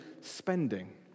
spending